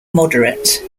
moderate